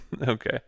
Okay